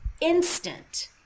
instant